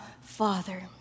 Father